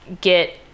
get